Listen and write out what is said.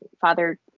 father